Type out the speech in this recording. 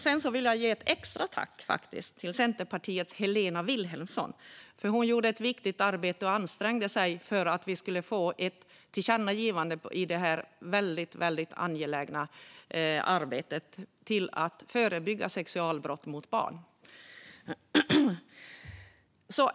Sedan vill jag ge ett extra tack till Centerpartiets Helena Vilhelmsson, som gjorde ett viktigt arbete och ansträngde sig för att vi skulle få ett tillkännagivande om detta väldigt angelägna arbete för att förebygga sexualbrott mot barn.